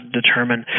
determine